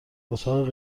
اتاق